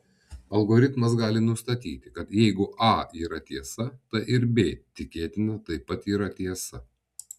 algoritmas gali nustatyti kad jeigu a yra tiesa tai ir b tikėtina taip pat yra tiesa